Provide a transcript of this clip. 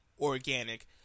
organic